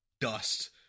dust